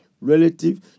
relative